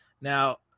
Now